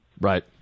right